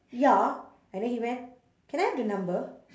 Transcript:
ya and then he went can I have the number